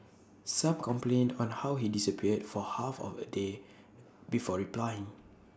some complained on how he disappeared for half of A day before replying